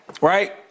right